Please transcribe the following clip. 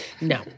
No